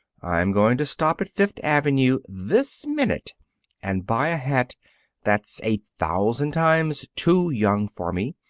i'm going to stop at fifth avenue this minute and buy a hat that's a thousand times too young for me,